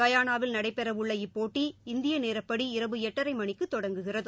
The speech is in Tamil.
கயானாவில் நடைபெறஉள்ள இப்போட்டி இந்தியநேரப்படி இரவு எட்டரைமணிக்குதொடங்குகிறது